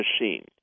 machine